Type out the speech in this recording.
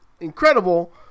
Incredible